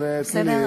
בסדר?